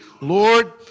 Lord